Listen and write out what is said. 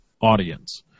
audience